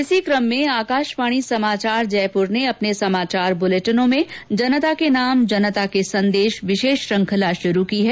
इसी क्रम में आकाशवाणी समाचार जयपुर ने अपने समाचार बुलेटिनों में जनता के नाम जनता के संदेश विशेष श्रृंखला शुरू की है